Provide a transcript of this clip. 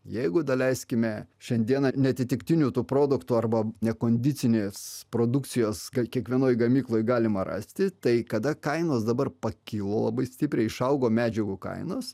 jeigu daleiskime šiandiena neatitiktinių tų produktų arba nekondicinės produkcijos ką kiekvienoj gamykloj galima rasti tai kada kainos dabar pakilo labai stipriai išaugo medžiagų kainos